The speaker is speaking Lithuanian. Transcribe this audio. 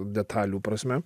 detalių prasme